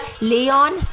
Leon